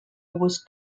was